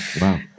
wow